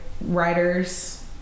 writers